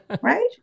right